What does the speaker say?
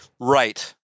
Right